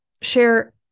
share